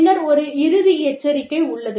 பின்னர் ஒரு இறுதி எச்சரிக்கை உள்ளது